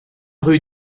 rue